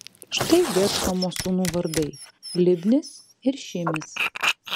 štai geršomo sūnų vardai libnis ir šimis